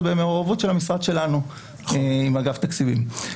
זה במעורבות של המשרד שלנו עם אגף תקציבים.